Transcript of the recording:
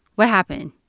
what happened?